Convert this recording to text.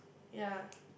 ya